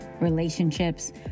relationships